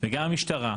וגם המשטרה,